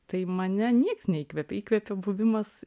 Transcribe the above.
tai mane nieks neįkvėpė įkvėpė buvimas